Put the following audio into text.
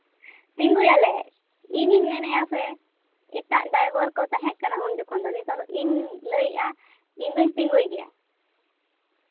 ᱛᱤᱸᱜᱩᱭᱟᱞᱮ ᱤᱧᱤᱧ ᱢᱮᱱᱮᱫᱼᱟ ᱥᱮ ᱮᱴᱟᱜ ᱰᱟᱭᱵᱷᱟᱨ ᱠᱚ ᱛᱟᱦᱮᱸ ᱠᱟᱱᱟ ᱩᱱ ᱡᱚᱠᱷᱚᱱ ᱫᱚ ᱱᱤᱛᱚᱝ ᱫᱚ ᱤᱧ ᱞᱟᱹᱭᱮᱫᱼᱟ ᱤᱧ ᱫᱩᱧ ᱛᱤᱸᱜᱩᱭ ᱜᱮᱭᱟ